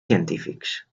científics